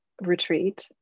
retreat